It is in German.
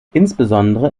insbesondere